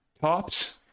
tops